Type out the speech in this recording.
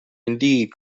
indeed